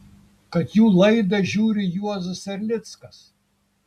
kad jų laidą žiūri juozas erlickas